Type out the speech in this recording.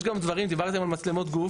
יש גם דברים, דיברתם על מצלמות גוף.